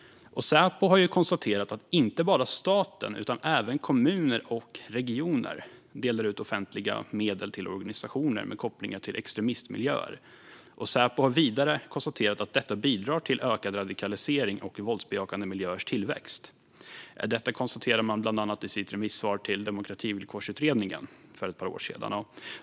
Säpo har konstaterat att inte bara staten utan även kommuner och regioner delar ut offentliga medel till organisationer med kopplingar till extremismmiljöer. Säpo har vidare konstaterat att det bidrar till ökad radikalisering och våldsbejakande miljöers tillväxt. Detta konstaterades bland annat i Säpos remissvar till Demokrativillkorsutredningen för ett par år sedan.